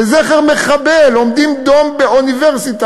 לזכר מחבל עומדים דום באוניברסיטה.